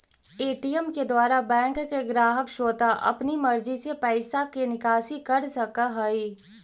ATM के द्वारा bank के ग्राहक स्वता अपन मर्जी से पैइसा के निकासी कर सकऽ हइ